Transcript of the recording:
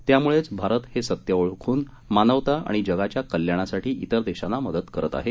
त्यामुळेच भारत हे सत्य ओळखून मानवता आणि जगाच्या कल्याणासाठी इतर देशांना मदत करत आहे